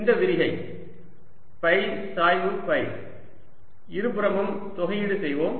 இந்த விரிகை ஃபை சாய்வு ஃபை இருபுறமும் தொகையீடு செய்வோம்